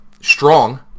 strong